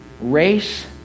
race